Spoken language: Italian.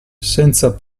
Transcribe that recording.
senza